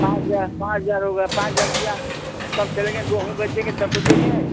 पाँच हजार पाँच हजार हो गया पाँच हजार रुपये तब तब चलेंगे गेहूँ बेचेंगे तब तो देंगे